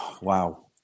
Wow